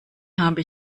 habe